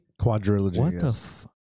Quadrilogy